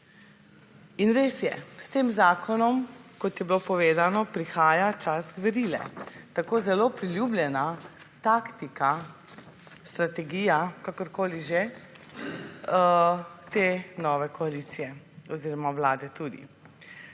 In res je, s tem zakonom, kot je bilo povedano, prihaja čas gverile, tako zelo priljubljena taktika, strategija, kakorkoli že, te nove koalicije oziroma tudi